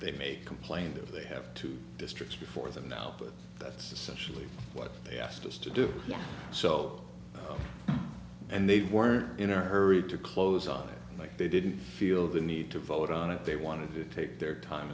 they may complain that they have two districts before them now but that's essentially what they asked us to do so and they were in a hurry to close on it like they didn't feel the need to vote on it they wanted to take their time